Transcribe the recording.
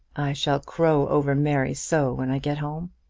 shall crow over mary so when i get home.